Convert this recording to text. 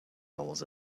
dollars